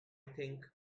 think